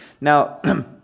Now